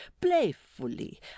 Playfully